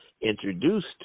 introduced